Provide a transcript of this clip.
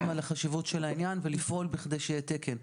על החשיבות של העניין ולפעול בכדי שיהיה תקן.